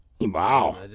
Wow